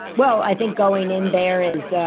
well, i think going in there is,